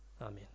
Amen